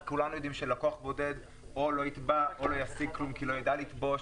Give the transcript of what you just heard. כולם יודעים שלקוח בודד או לא יתבע או לא ישיג כלום כי לא ידע לתבוע,